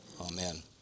amen